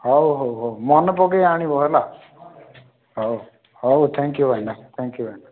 ହଉ ହଉ ହଉ ମନେ ପକାଇ ଆଣିବ ହେଲା ହଉ ହଉ ଥ୍ୟାଙ୍କ୍ୟୁ ଭାଇନା ଥ୍ୟାଙ୍କ୍ୟୁ